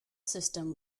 system